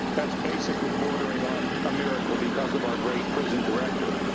that's basically bordering on a miracle because of our great prison director.